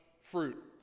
fruit